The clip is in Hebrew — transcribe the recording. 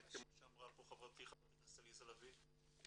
כפי שאמרה פה חברתי חברת הכנסת עליזה לביא,